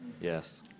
yes